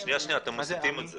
שנייה, אתם מסיטים את זה.